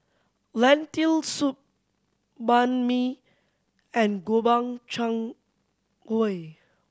Lentil Soup Banh Mi and Gobchang Gui